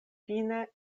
fine